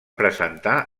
presentar